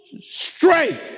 straight